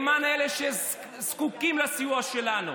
למען אלה שזקוקים לסיוע שלנו.